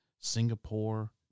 Singapore